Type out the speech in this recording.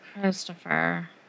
Christopher